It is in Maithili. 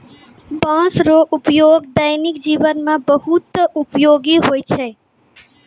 बाँस रो उपयोग दैनिक जिवन मे बहुत उपयोगी हुवै छै